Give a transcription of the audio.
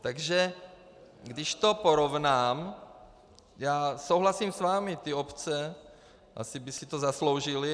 Takže když to porovnám, já souhlasím s vámi, ty obce by si to asi zasloužily.